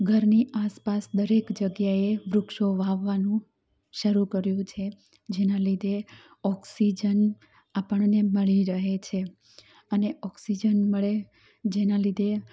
ઘરની આસપાસ દરેક જગ્યાએ વૃક્ષો વાવાનું શરૂ કર્યું છે જેના લીધે ઑક્સીજન આપણને મળી રહે છે અને ઑક્સીજન મળે જેના લીધે